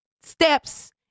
steps